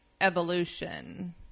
evolution